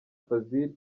fazil